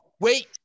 Wait